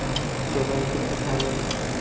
ଆଉ କେବେ ଏମିତି ଦେଖାଇଲେ